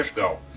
go?